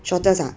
shortest ah